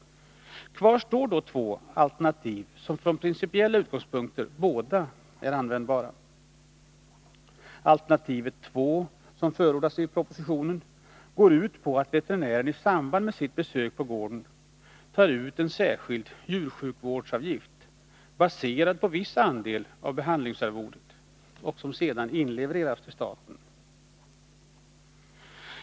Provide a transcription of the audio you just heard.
Kvar står två alternativ, som från principiella utgångspunkter båda är användbara. Alternativ 2, som förordas i propositionen, går ut på att veterinären i samband med sitt besök på gården tar ut en särskild djursjukvårdsavgift, baserad på viss andel av behandlingsarvodet, som sedan inlevereras till staten.